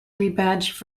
rebadged